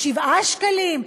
7 שקלים,